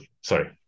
sorry